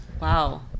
Wow